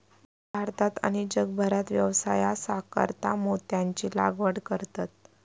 भारतात आणि जगभरात व्यवसायासाकारता मोत्यांची लागवड करतत